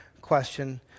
question